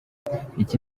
iki